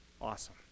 awesome